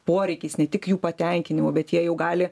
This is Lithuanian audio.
poreikiais ne tik jų patenkinimu bet jie jau gali